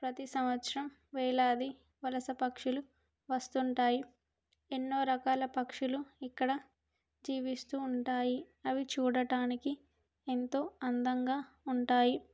ప్రతి సంవత్సరం వేలాది వలస పక్షులు వస్తుంటాయి ఎన్నో రకాల పక్షులు ఇక్కడ జీవిస్తూ ఉంటాయి అవి చూడడానికి ఎంతో అందంగా ఉంటాయి